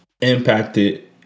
impacted